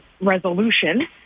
resolution